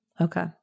Okay